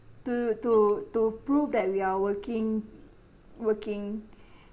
to to to prove that we are working working